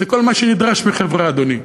זה כל מה שנדרש מחברה, אדוני.